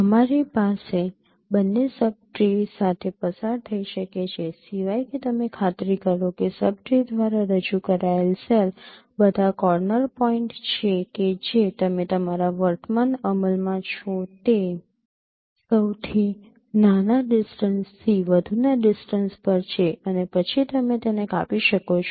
અમારી પાસે બંને સબ ટ્રી સાથે પસાર થઈ શકે છે સિવાય કે તમે ખાતરી કરો કે સબ ટ્રી દ્વારા રજૂ કરાયેલ સેલ બધા કોર્નર પોઇન્ટ છે કે જે તમે તમારા વર્તમાન અમલમાં છો તે સૌથી નાના ડિસ્ટન્સથી વધુના ડિસ્ટન્સ પર છે અને પછી તમે તેને કાપી શકો છો